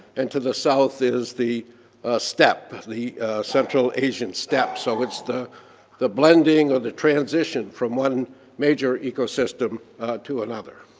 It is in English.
and to the south is the steppe, the central asian steppe. so it's the the blending or the transition from one major ecosystem to another.